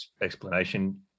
explanation